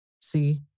See